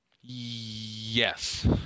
Yes